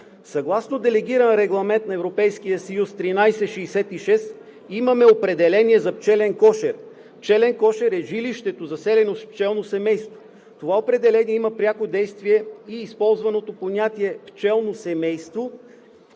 Съгласно Делегиран регламент на Европейския съюз № 1366 имаме определение за пчелен кошер: „Пчелен кошер е жилището, заселено с пчелно семейство.“ Това определение има пряко действие и използваното понятие „пчелно семейство“